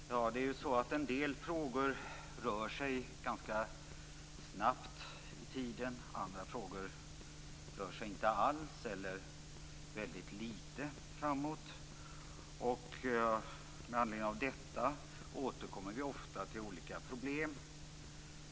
Fru talman! Det är ju så att en del frågor rör sig ganska snabbt i tiden, andra frågor rör sig inte alls eller väldigt lite framåt. Med anledning av detta återkommer vi ofta till olika problem.